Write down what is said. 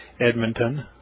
Edmonton